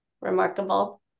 remarkable